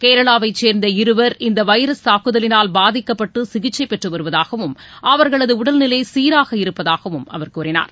கேரளாவைச் சேர்ந்த இருவர் இந்த வைரஸ் தாக்குதலினால் பாதிக்கப்பட்டு சிகிச்சை பெற்று வருவதாகவும் அவர்களது உடல்நிலை சீராக இருப்பதாகவும் அவர் கூறினார்